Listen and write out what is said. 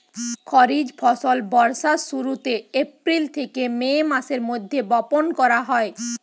খরিফ ফসল বর্ষার শুরুতে, এপ্রিল থেকে মে মাসের মধ্যে বপন করা হয়